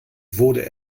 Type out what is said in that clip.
wurde